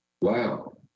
Wow